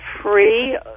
free